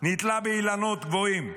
נתלה באילנות גבוהים,